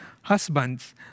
Husbands